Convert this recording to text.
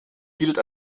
gilt